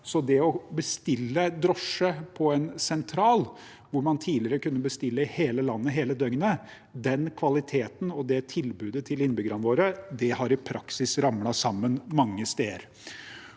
Det å bestille drosje på en sentral – hvor man tidligere kunne bestille i hele landet, hele døgnet – den kvaliteten og det tilbudet til innbyggerne våre har i praksis ramlet sammen mange steder.